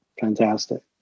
fantastic